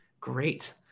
Great